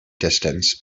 distance